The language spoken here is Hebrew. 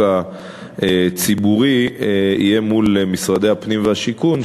הציבורי יהיה מול משרדי הפנים והשיכון,